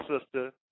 sister